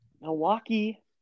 Milwaukee